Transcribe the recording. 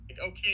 Okay